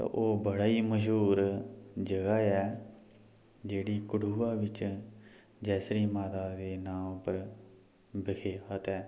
ओह् बड़ा ई मश्हूर जगह् ऐ जेह्ड़ी कठुआ बिच ऐ जैसरी माता दे नांऽ उप्पर बतैह्त ऐ